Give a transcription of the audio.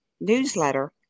newsletter